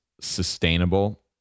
sustainable